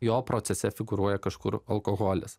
jo procese figūruoja kažkur alkoholis